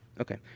Okay